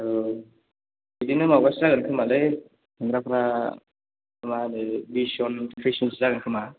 औ बिदिनो माबासो जागोन खोमालै सेंग्राफ्रा माहोनो बिस जन थ्रिस जनसो जागोनखोमा